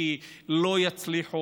כי לא יצליח,